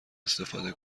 استفاده